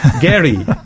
Gary